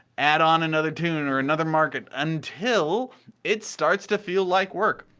add on another toon or another market until it starts to feel like work.